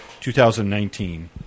2019